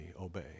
obey